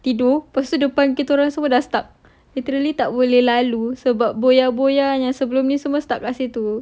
tidur lepas tu depan kita orang semua dah stuck literally tak boleh lalu sebab boya boya yang sebelum ni semua stuck kat situ